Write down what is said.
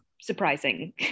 surprising